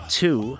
two